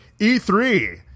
E3